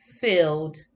filled